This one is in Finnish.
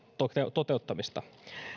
toteuttamista